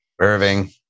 Irving